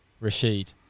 Rashid